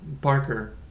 Parker